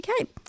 Okay